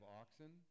oxen